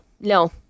No